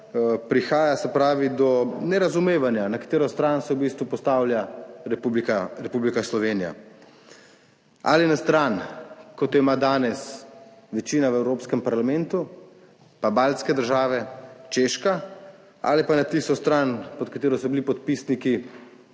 prihaja do nerazumevanja, na katero stran se v bistvu postavlja Republika Slovenija. Ali na stran, kot jo ima danes večina v Evropskem parlamentu, pa Baltske države, Češka, ali pa na tisto stran pod katero so bili podpisniki